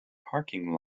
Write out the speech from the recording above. parking